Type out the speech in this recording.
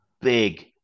Big